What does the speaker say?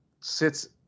sits